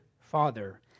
father